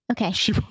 Okay